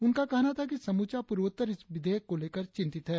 उनका कहना था कि समूचा पूर्वोत्तर इस विधेयक को लेकर चिंतित है